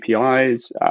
APIs